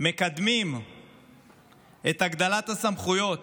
מקדמים את הגדלת הסמכויות